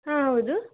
ಹಾಂ ಹೌದು